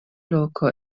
loko